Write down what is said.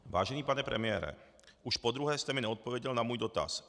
Vážený pane premiére, už podruhé jste mi neodpověděl na můj dotaz.